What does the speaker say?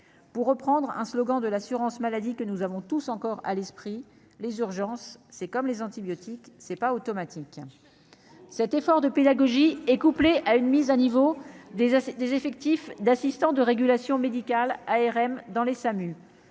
pour reprendre un slogan de l'assurance maladie que nous avons tous encore à l'esprit les urgences, c'est comme les antibiotiques c'est pas automatique, cet effort de pédagogie. Il est couplé. Ah, une mise à niveau des des effectifs d'assistants de régulation médicale ARM dans les SAMU